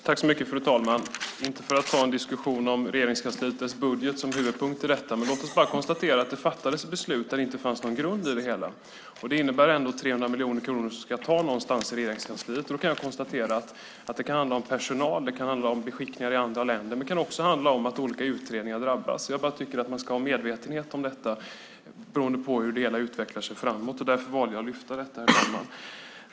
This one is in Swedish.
Herr talman! Diskussionen om Regeringskansliets budget ska inte vara någon huvudpunkt, men låt oss konstatera att det fattades beslut utan grund. Det innebär att 300 kronor ska tas någonstans ifrån i Regeringskansliet. Det kan handla om personal och beskickningar i andra länder, men olika utredningar kan också drabbas. Man ska vara medveten om detta beroende på hur det hela utvecklas framåt. Det var därför jag valde att lyfta upp detta, herr talman.